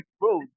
Bro